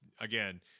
again